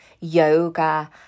yoga